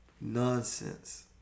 nonsense